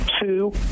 two